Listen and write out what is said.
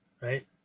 right